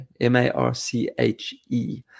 M-A-R-C-H-E